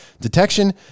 detection